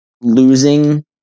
losing